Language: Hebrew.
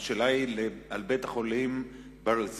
השאלה היא על בית-החולים "ברזילי",